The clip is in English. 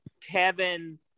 Kevin